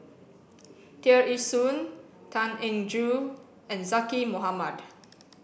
Tear Ee Soon Tan Eng Joo and Zaqy Mohamad